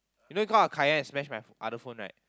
you know kind of Kai-Yan I smash my other phone right